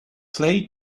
play